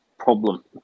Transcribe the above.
problem